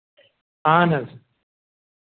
اَہَن حظ